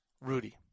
Rudy